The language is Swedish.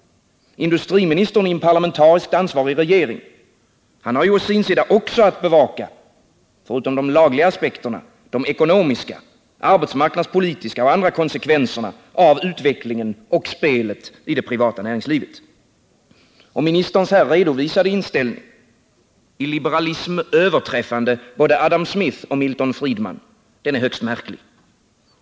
Industriministern i en parlamentariskt ansvarig regering har att bevaka — förutom de lagliga aspekterna — också ekonomiska, arbetsmarknadspolitiska och andra konsekvenser av utvecklingen och spelet i det privata näringslivet. Ministerns här redovisade inställning — i liberalism överträffande både Adam Smith och Milton Friedman — är högst märklig.